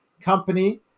company